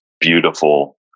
beautiful